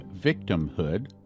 victimhood